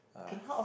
uh